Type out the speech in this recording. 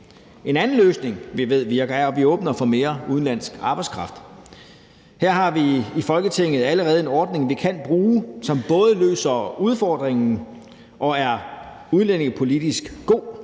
En anden løsning, vi ved virker, er, at vi åbner for mere udenlandsk arbejdskraft. Her har vi i Folketinget allerede en ordning, vi kan bruge, som både løser udfordringen, og som er udlændingepolitisk god.